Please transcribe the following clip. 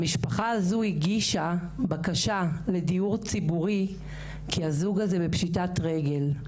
המשפחה הזו הגישה בקשה לדיור ציבורי כי הזוג הזה בפשיטת רגל.